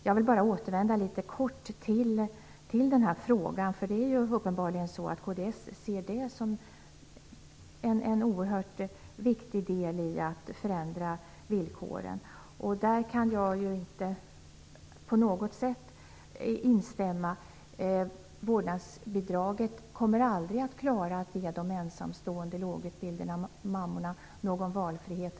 Jag vill återvända kort till den frågan. Kds ser uppenbarligen vårdnadsbidraget som en oerhört viktig del i att förändra villkoren. Där kan jag inte på något sätt instämma. Vårdnadsbidraget kommer aldrig att klara att ge de ensamstående lågutbildade mammorna någon valfrihet.